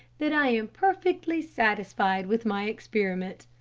that i am perfectly satisfied with my experiment.